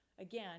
again